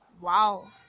Wow